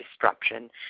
disruption